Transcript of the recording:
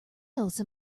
else